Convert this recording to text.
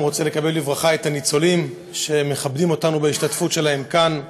גם רוצה לקבל בברכה את הניצולים שמכבדים אותנו בהשתתפות שלהם כאן.